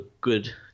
good